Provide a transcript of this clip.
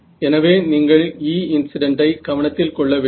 எனவே நீங்கள் E incident ஐ கவனத்தில் கொள்ள வேண்டும்